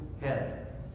head